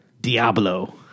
Diablo